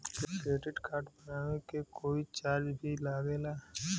Credit card बनवावे के कोई चार्ज भी लागेला?